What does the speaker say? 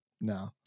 no